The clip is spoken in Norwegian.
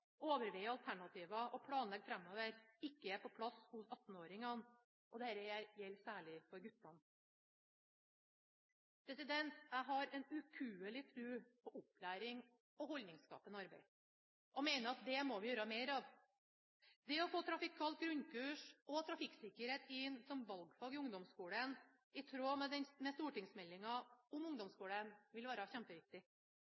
overveie alternativer og planlegge framover, ikke er på plass hos 18-åringer, og dette gjelder særlig for guttene. Jeg har en ukuelig tro på opplæring og holdningsskapende arbeid og mener at det må vi gjøre mer av. Det å få trafikalt grunnkurs og trafikksikkerhet inn som valgfag i ungdomsskolen, i tråd med